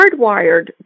hardwired